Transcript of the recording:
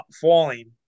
falling